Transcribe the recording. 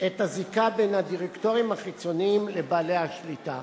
את הזיקה בין הדירקטורים החיצוניים לבעלי השליטה.